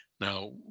Now